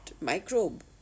microbe